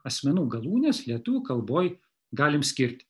asmenų galūnes lietuvių kalboj galim skirti